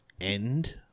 end